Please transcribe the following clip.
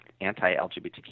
anti-LGBTQ